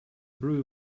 brew